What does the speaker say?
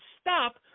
stop